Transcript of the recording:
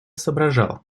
соображал